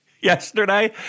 yesterday